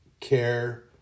care